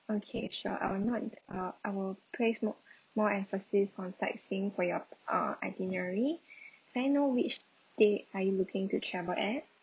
okay sure I will note uh I will place mo~ more emphasis on sightseeing for your uh itinerary can I know which date are you looking to travel at